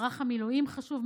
מערך המילואים חשוב,